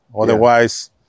Otherwise